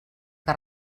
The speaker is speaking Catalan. que